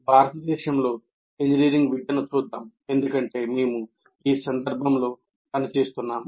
భారతదేశంలో ఇంజనీరింగ్ విద్యను చూద్దాం ఎందుకంటే మేము ఈ సందర్భంలో పనిచేస్తున్నాము